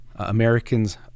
Americans